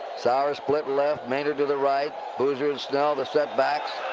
sauer split left. maynard to the right. boozer and snell, the set backs.